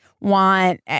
want